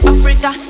Africa